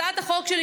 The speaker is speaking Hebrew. הצעת החוק שלי,